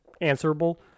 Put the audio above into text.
answerable